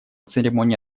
церемонии